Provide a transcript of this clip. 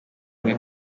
umwe